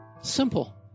Simple